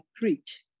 preach